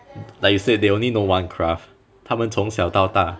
like you said they only know one craft 他们从小到大